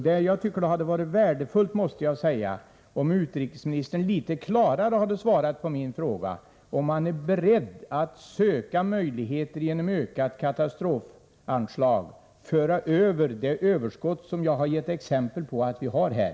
Det hade varit värdefullt om utrikesministern litet klarare hade svarat på min fråga om han är beredd att söka möjligheter att genom ökade katastrofanslag föra över det överskott som jag har gett exempel på att vi har.